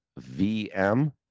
VM